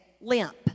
limp